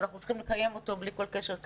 שאנחנו צריכים לקיים אותו בלי שום קשר.